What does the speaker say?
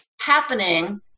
happening